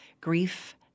grief